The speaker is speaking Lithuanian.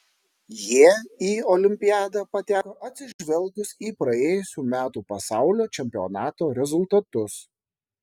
jie į olimpiadą pateko atsižvelgus į praėjusių metų pasaulio čempionato rezultatus